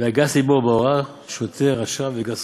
והגס לבו בהוראה, שוטה רשע וגס